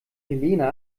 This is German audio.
helena